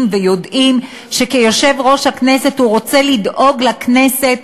ויודעים שכיושב-ראש הכנסת הוא רוצה לדאוג לכנסת,